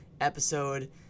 episode